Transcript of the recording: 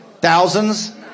Thousands